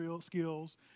skills